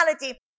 reality